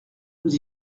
nous